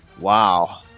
Wow